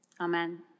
Amen